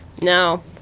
No